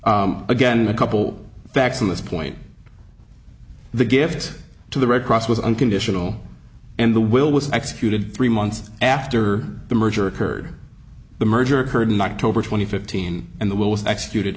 again in a couple facts from this point the gifts to the red cross was unconditional and the will was executed three months after the merger occurred the merger occurred in october twenty fifth teen and the will was executed